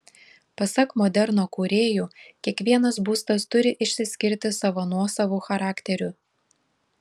pasak moderno kūrėjų kiekvienas būstas turi išsiskirti savo nuosavu charakteriu